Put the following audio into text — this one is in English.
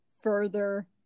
further